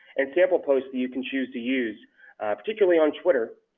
and sample posts that you can choose to use particularly on twitter.